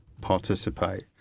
participate